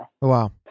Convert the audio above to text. Wow